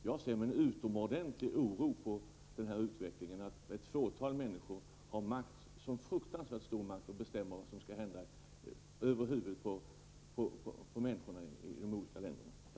Jag ser med utomordentlig oro på den utveckling som innebär att ett fåtal människor har en så fruktansvärt stor makt och fattar beslut över huvudet på människor i olika länder.